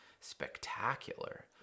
spectacular